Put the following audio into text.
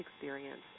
experience